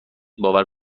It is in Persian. باور